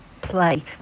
play